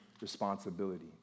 responsibility